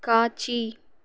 காட்சி